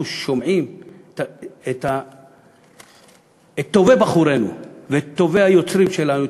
אנחנו שומעים את טובי בחורינו ואת טובי היוצרים שלנו,